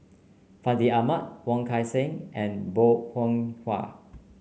Fandi Ahmad Wong Kan Seng and Bong Hiong Hwa